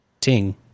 ting